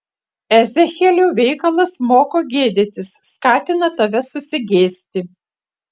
ezechielio veikalas moko gėdytis skatina tave susigėsti